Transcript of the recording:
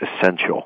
essential